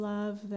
Love